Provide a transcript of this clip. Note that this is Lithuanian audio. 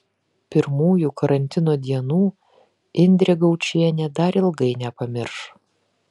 pirmųjų karantino dienų indrė gaučienė dar ilgai nepamirš